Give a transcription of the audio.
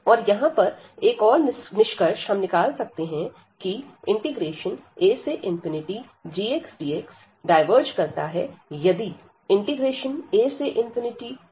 और यहां पर एक और निष्कर्ष हम निकाल सकते हैं की agxdx डायवर्ज करता है यदि afxdx डायवर्ज करता है